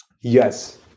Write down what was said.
Yes